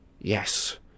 Yes